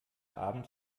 abend